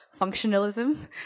functionalism